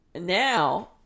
Now